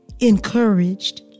encouraged